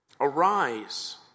Arise